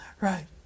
Right